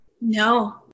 no